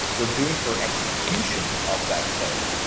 we're doing for execution of that code.